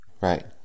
Right